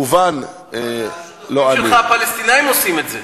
כמובן לא, אבל השותפים שלך הפלסטינים עושים את זה.